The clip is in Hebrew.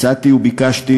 הצעתי וביקשתי: